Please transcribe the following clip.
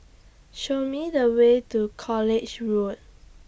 Show Me The Way to College Road